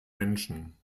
menschen